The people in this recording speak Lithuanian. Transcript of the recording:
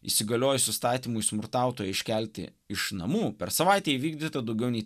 įsigaliojus įstatymui smurtautoją iškelti iš namų per savaitę įvykdyta daugiau nei